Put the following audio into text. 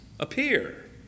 appear